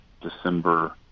December